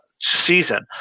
season